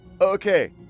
Okay